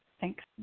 thanks